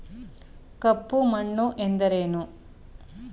ಕಪ್ಪು ಮಣ್ಣು ಎಂದರೇನು?